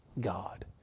God